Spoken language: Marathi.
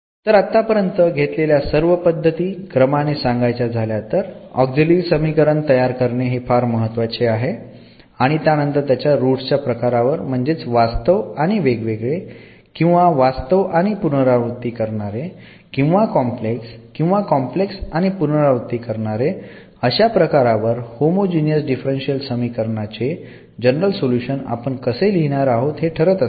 तर आत्तापर्यंत घेतलेल्या सर्व पद्धती क्रमाने सांगायच्या झाल्या तर ऑक्झिलरी समीकरण तयार करणे हे फार महत्त्वाचे आहे आणि त्यानंतर त्याच्या रूट्सच्या प्रकारावर म्हणजेच वास्तव आणि वेगवेगळे किंवा वास्तव आणि पुनरावृत्ती करणारे किंवा कॉम्प्लेक्स किंवा कॉम्प्लेक्स आणि पुनरावृत्ती करणारे अशा प्रकारावर होमोजीनियस डिफरन्शियल समीकरण चे जनरल सोल्युशन आपण कसे लिहिणार आहोत हे ठरत असते